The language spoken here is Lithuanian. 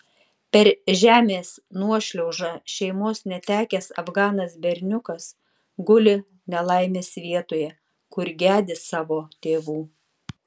per žemės nuošliaužą šeimos netekęs afganas berniukas guli nelaimės vietoje kur gedi savo tėvų